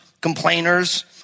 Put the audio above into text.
complainers